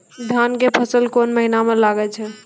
धान के फसल कोन महिना म लागे छै?